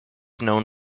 known